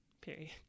Period